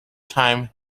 time